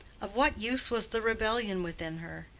of what use was the rebellion within her?